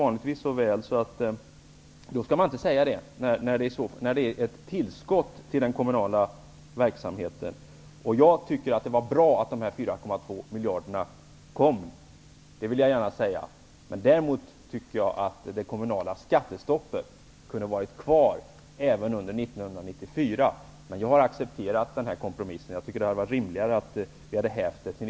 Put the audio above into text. Vanligvis formulerar hon sig mycket väl. Man skall inte säga så när det handlar om ett tillskott till den kommunala verksamheten. Jag tycker att det var bra att dessa 4,2 miljarder kronor tillfördes kommunerna. Däremot anser jag att det kommunala skattestoppet kunde ha fått bestå även under 1994. Men jag har accepterat kompromissen, även om jag tyckt det vara rimligare att häva det till